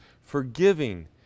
forgiving